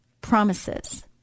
promises